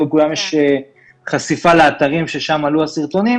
לכולם יש חשיפה לאתרים ששם עלו הסרטונים,